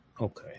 Okay